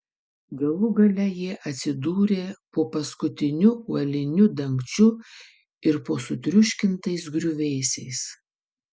galų gale jie atsidūrė po paskutiniu uoliniu dangčiu ir po sutriuškintais griuvėsiais